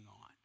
on